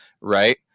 right